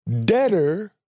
debtor